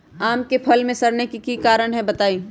आम क फल म सरने कि कारण हई बताई?